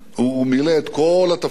הוא מילא את כל התפקידים.